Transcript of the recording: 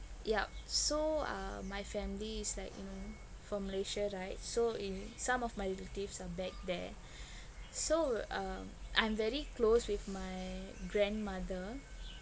yup so uh my family is like you know from malaysia right so in some of my relatives are back there so um I'm very close with my grandmother